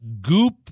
Goop